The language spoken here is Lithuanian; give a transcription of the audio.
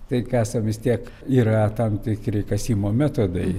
tai kasa vis tiek yra tam tikri kasimo metodai